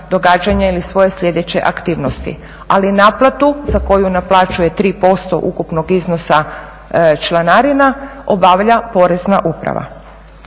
događanja ili svoje sljedeće aktivnosti. Ali naplatu za koju naplaćuje 3% ukupnog iznosa članarina obavlja Porezna uprava.